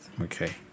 Okay